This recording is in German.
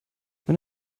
wenn